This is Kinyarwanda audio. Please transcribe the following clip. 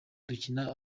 dukina